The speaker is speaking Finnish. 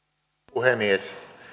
puhemies